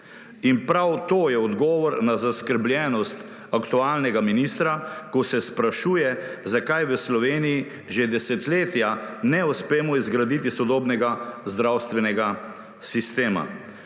In prav to je odgovor na zaskrbljenost aktualnega ministra, ko se sprašuje, zakaj v Sloveniji že desetletja ne uspemo izgraditi sodobnega zdravstvenega sistema.